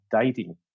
dating